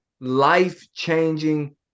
life-changing